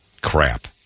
crap